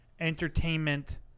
entertainment